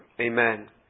Amen